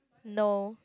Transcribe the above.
no